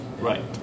right